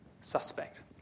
suspect